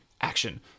action